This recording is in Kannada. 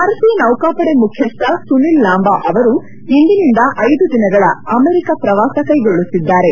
ಭಾರತೀಯ ನೌಕಾಪಡೆ ಮುಖ್ಯಸ್ಥ ಸುನಿಲ್ ಲಾಂಬಾ ಅವರು ಇಂದಿನಿಂದ ಐದು ದಿನಗಳ ಅಮೆರಿಕ ಪ್ರವಾಸ ಕೈಗೊಳ್ಳುತ್ತಿದ್ದಾರೆ